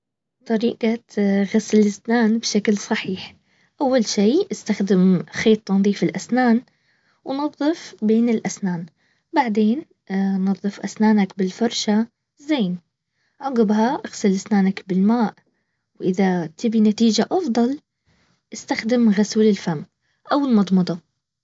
طريقة غسل الاسنان بشكل صحي. اول شي استخدم خيط تنظيف الاسنان ونظف بين الاسنان بعدين نظف اسنانك بالفرشة زين عقبها اغسل اسنانك بالماء واذا تبي نتيجة افضل غسول الفم او المضمضة